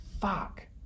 fuck